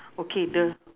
okay the